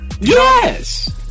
Yes